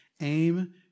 aim